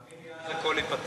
תאמין לי שאז הכול ייפתר.